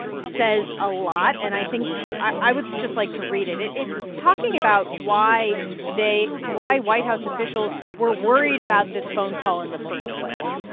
says a lot. and i think i would just like to read it. it's talking about why they why white house officials were worried about this phone call in the first place.